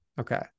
Okay